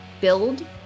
build